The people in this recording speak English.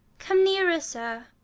come nearer, sir.